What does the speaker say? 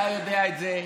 אתה יודע את זה,